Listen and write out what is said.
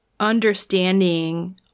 understanding